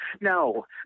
no